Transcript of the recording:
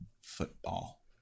football